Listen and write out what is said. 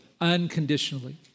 unconditionally